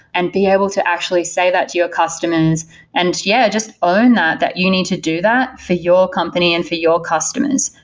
and be able to actually say that to your customers and, yeah, just that, that you need to do that for your company and for your customers.